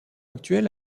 actuel